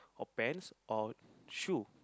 or pants or shoe